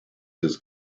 his